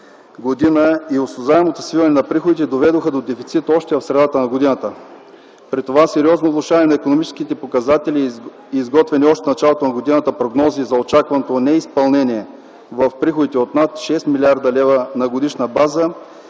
г. и осезаемото свиване на приходите доведоха до дефицит още в средата на годината. При това сериозно влошаване на икономическите показатели и изготвени още в началото на годината прогнози за очакваното неизпълнение в приходите от над 6 млрд. лв. на годишна база